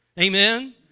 amen